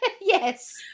Yes